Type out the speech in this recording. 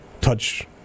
touch